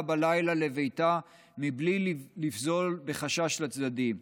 בלילה לביתה מבלי לפזול בחשש לצדדים.